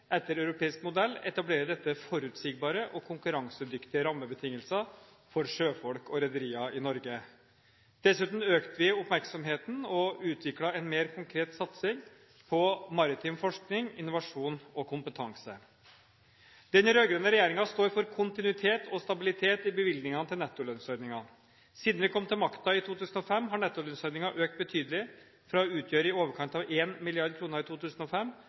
etter europeisk modell etablerer dette forutsigbare og konkurransedyktige rammebetingelser for sjøfolk og rederier i Norge. Dessuten økte vi oppmerksomheten og utviklet en mer konkret satsing på maritim forskning, innovasjon og kompetanse. Den rød-grønne regjeringen står for kontinuitet og stabilitet i bevilgningene til nettolønnsordningen. Siden vi kom til makten i 2005, har nettolønnsordningen økt betydelig. Fra å utgjøre i overkant av 1 mrd. kr i 2005